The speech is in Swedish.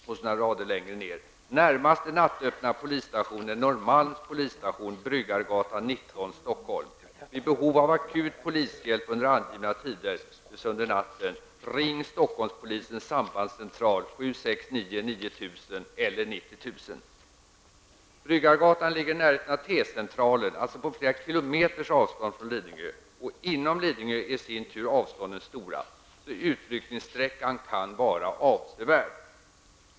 Några rader längre ner kunde man läsa: ''Närmaste nattöppna polisstation är Norrmalms polisstation, Bryggargatan 19, Bryggargatan ligger i närheten av T-centralen, alltså på flera kilometers avstånd från Lidingö. Inom Lidingö är i sin tur avstånden stora. Utryckningssträckan kan alltså vara avsevärd.